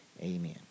amen